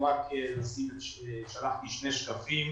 כפי שהחוק מחייב.